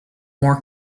more